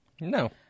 No